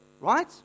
right